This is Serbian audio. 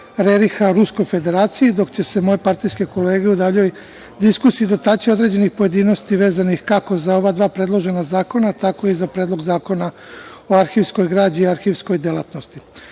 Reriha Ruskoj Federaciji, dok će se moje partijske kolege u daljoj diskusiju dotaći određenih pojedinosti vezani kako za ova dva predložena zakona, tako i za Predlog zakona o arhivskoj građi i arhivskoj delatnosti. Kultura